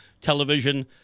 television